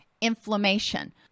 inflammation